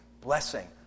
blessing